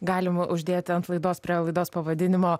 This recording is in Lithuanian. galima uždėti ant laidos prie laidos pavadinimo